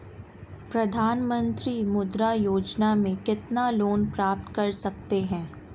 प्रधानमंत्री मुद्रा योजना में कितना लोंन प्राप्त कर सकते हैं?